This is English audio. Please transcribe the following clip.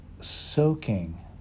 soaking